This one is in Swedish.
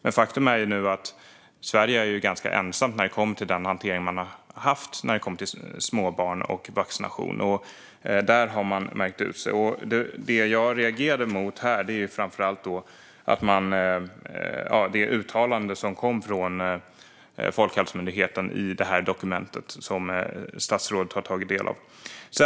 Men faktum är att Sverige är ganska ensamt när det kommer till den hantering som man har haft när det gäller små barn och vaccination. Där har man utmärkt sig. Det som jag framför allt reagerade mot är det uttalande som kom från Folkhälsomyndigheten i det dokument som statsrådet har tagit del av.